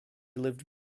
lived